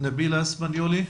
נבילה אספניולי.